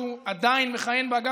שהוא עדיין מכהן בה,